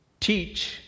teach